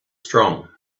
strong